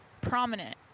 prominent